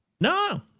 No